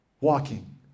Walking